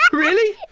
really?